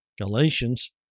Galatians